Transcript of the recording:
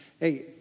Hey